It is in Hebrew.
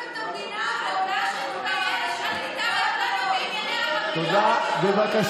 אל תתערב לנו בענייני, תודה רבה